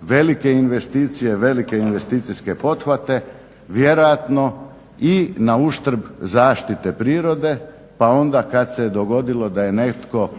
velike investicije, velike investicijske pothvate vjerojatno i na uštrb zaštite prirode pa onda kad se je dogodilo da je netko